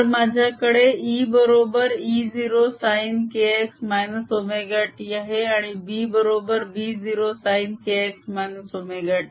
तर माझ्याकडे E बरोबर E0 sin kx ωt आहे आणि B बरोबर B0 sin kx ωt